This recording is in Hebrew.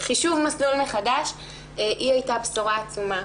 חישוב מסלול מחדש הייתה בשורה עצומה,